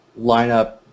lineup